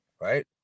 right